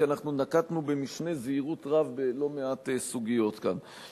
כי אנחנו נקטנו משנה זהירות בלא מעט סוגיות כאן.